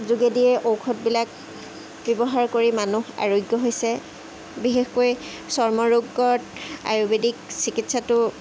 যোগেদিয়ে ঔষধবিলাক ব্যৱহাৰ কৰি মানুহ আৰোগ্য হৈছে বিশেষকৈ চৰ্মৰোগত আয়ুৰ্বেদিক চিকিৎসাটো